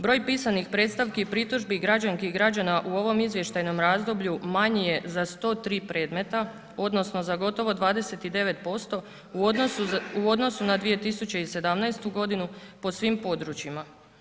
Broj pisanih predstavki i pritužbi građanki i građana u ovom izvještajnom razdoblju manji je za 103 predmeta odnosno za gotovo 29% u odnosu na 2017. godinu po svim područjima.